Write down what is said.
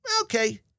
okay